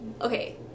Okay